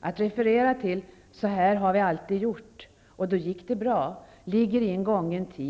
Att referera till att ''så här har vi alltid gjort, och då gick det bra'' hör till en gången tid.